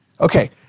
Okay